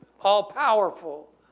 all-powerful